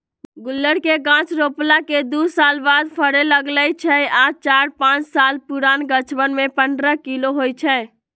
गुल्लर के गाछ रोपला के दू साल बाद फरे लगैए छइ आ चार पाच साल पुरान गाछमें पंडह किलो होइ छइ